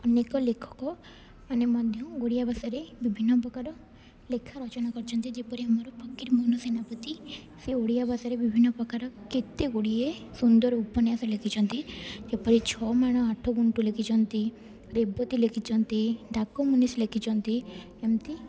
ଅନେକ ଲେଖକ ମାନେ ମଧ୍ୟ ଓଡ଼ିଆ ଭାଷାରେ ବିଭିନ୍ନ ପ୍ରକାର ଲେଖା ରଚନା କରିଛନ୍ତି ଯେପରି ଆମର ଫକୀରମୋହନ ସେନାପତି ସେ ଓଡ଼ିଆ ଭାଷାରେ ବିଭିନ୍ନ ପ୍ରକାର କେତେ ଗୁଡ଼ିଏ ସୁନ୍ଦର ଉପନ୍ୟାସ ଲେଖିଛନ୍ତି ଯେପରି ଛଅ ମାଣ ଆଠ ଗୁଣ୍ଠ ଲେଖିଛନ୍ତି ରେବତୀ ଲେଖିଛନ୍ତି ଡାକ ମୁନିସୀ ଲେଖିଛନ୍ତି ଏମିତି